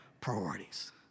priorities